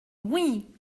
oui